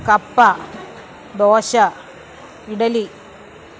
കപ്പ ദോശ ഇഡലി